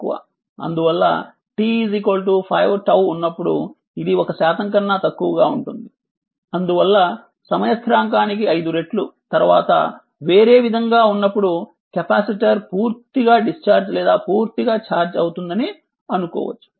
అందువల్ల t 5𝜏 ఉన్నప్పుడు ఇది 1 శాతం కన్నా తక్కువగా ఉంటుంది అందువల్ల సమయ స్థిరాంకానికి ఐదు రెట్లు తర్వాత వేరే విధంగా ఉన్నప్పుడు కెపాసిటర్ పూర్తిగా డిశ్చార్జ్ లేదా పూర్తిగా ఛార్జ్ అవుతుందని అనుకోవచ్చు